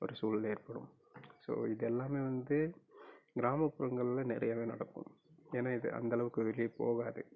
ஒரு சூழல் ஏற்படும் ஸோ இதெல்லாமே வந்து கிராமப்புறங்கள்ல நிறையவே நடக்கும் ஏன்னா இது அந்தளவுக்கு ஒரு வெளியே போகாது